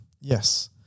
Yes